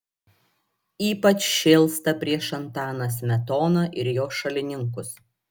ypač šėlsta prieš antaną smetoną ir jo šalininkus